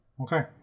Okay